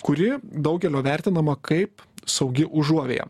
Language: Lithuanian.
kuri daugelio vertinama kaip saugi užuovėja